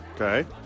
Okay